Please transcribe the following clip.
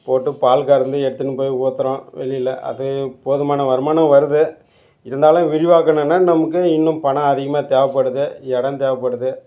போட்டு பால் கறந்து எடுத்துன்னு போய் ஊத்துகிறோம் வெளியில் அதே போதுமான வருமானம் வருது இருந்தாலும் விரிவாக்கணும்ன்னா நமக்கு இன்னும் பணம் அதிகமாக தேவப்படுது இடம் தேவைப்படுது